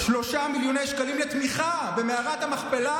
3 מיליון שקלים לתמיכה במערת המכפלה,